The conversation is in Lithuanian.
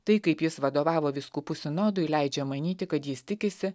tai kaip jis vadovavo vyskupų sinodui leidžia manyti kad jis tikisi